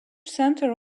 centre